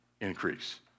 increase